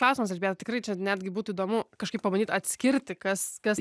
klausimas ir beje tikrai čia netgi būtų įdomu kažkaip pabandyt atskirti kas kas